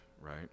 right